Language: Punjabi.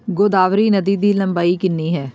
ਗੋਦਾਵਰੀ ਨਦੀ ਦੀ ਲੰਬਾਈ ਕਿੰਨੀ ਹੈ